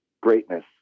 Greatness